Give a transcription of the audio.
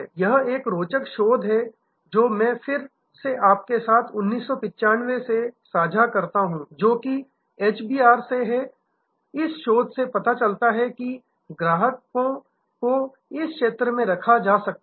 यह एक रोचक शोध है जो मैं फिर से आपके साथ 1995 से साझा करता हूं जो कि एचबीआर से है और इस शोध से पता चलता है कि ग्राहकों को इस क्षेत्र में रखा जा सकता है